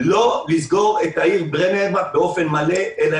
לא לסגור את העיר בני ברק באופן מלא אלא